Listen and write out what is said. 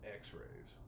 x-rays